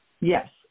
Yes